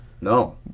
no